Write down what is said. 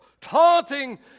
taunting